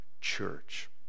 church